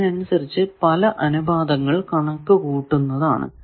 അതിനനുസരിച്ചു പല അനുപാതങ്ങൾ കണക്കു കൂട്ടുന്നതാണ്